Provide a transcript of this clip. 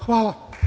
Hvala.